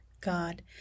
God